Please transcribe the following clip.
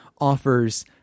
offers